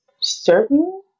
certain